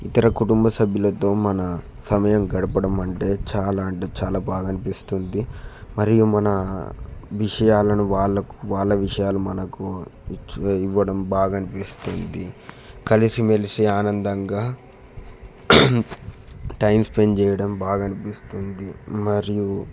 ఇతర కుటుంబ సభ్యులతో మన సమయం గడపడమంటే చాలా అంటే చాలా బాగా అనిపిస్తుంది మరియు మన విషయాలను వాళ్ళకు వాళ్ళ విషయాలు మనకు ఇవ్వడం బాగా అనిపిస్తుంది కలసిమెలిసి ఆనందంగా టైం స్పెండ్ చేయడం బాగా అనిపిస్తుంది మరియు